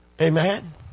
Amen